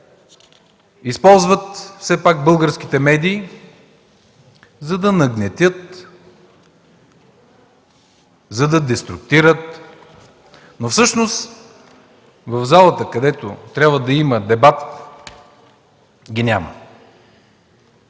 използват все пак българските медии, за да нагнетят, да деструктират, но всъщност в залата, където трябва да има дебат, ги няма.